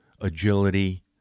agility